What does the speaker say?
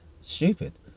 Stupid